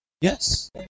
Yes